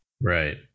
Right